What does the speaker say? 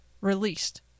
Released